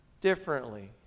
differently